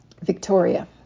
Victoria